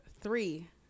three